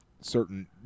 certain